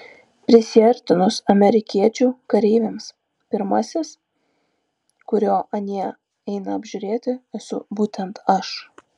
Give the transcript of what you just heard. prisiartinus amerikiečių kareiviams pirmasis kurio anie eina apžiūrėti esu būtent aš